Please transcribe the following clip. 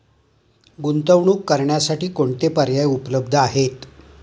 गुंतवणूक करण्यासाठी कोणते पर्याय उपलब्ध आहेत?